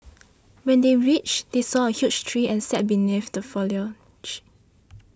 when they reached they saw a huge tree and sat beneath the foliage